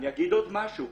אני אגיד עוד משהו.